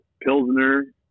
Pilsner